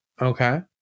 okay